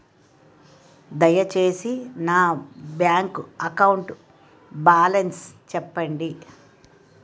దయచేసి నా bank account balance చెప్పండి